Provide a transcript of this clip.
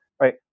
right